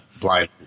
blind